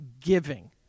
giving